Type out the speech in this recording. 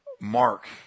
Mark